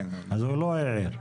אז הוא לא העיר.